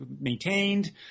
maintained